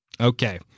Okay